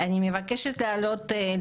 אני חושבת שלא במקרה כל מי שנמצא בחדר